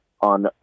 on